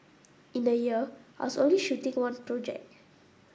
in a year I was only shooting one project